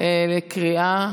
בקריאה